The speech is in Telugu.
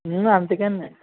అందుకే అండి